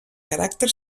caràcter